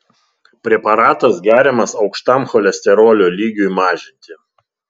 preparatas geriamas aukštam cholesterolio lygiui mažinti